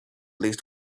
least